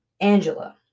Angela